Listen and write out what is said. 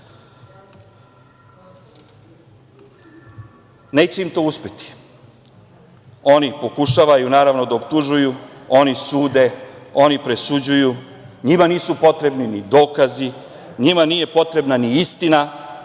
im to uspeti. Oni pokušavaju da optužuju. Oni sude, oni presuđuju. NJima nisu potrebni dokazi. NJima nije potrebna ni istina.